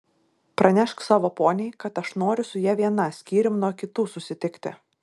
pranešk savo poniai kad aš noriu su ja viena skyrium nuo kitų susitikti